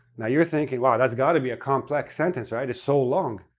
now you're thinking wow, that's got to be a complex sentence, right? it's so long.